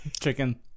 Chicken